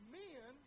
men